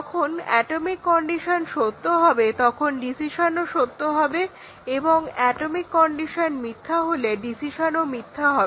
যখন atomic condition সত্য হবে তখন ডিসিশনও সত্য হবে এবং অ্যাটমিক কন্ডিশন মিথ্যা হলে ডিসিশনও মিথ্যা হবে